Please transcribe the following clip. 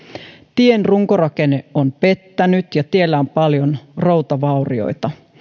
tien runkorakenne on pettänyt ja tiellä on paljon routavaurioita